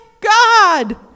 God